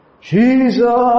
Jesus